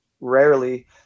rarely